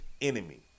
enemy